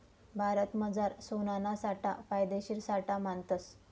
भारतमझार सोनाना साठा फायदेशीर साठा मानतस